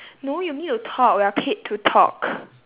no you need to talk we are paid to talk